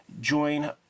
Join